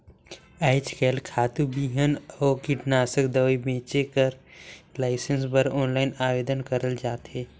आएज काएल खातू, बीहन अउ कीटनासक दवई बेंचे कर लाइसेंस बर आनलाईन आवेदन करल जाथे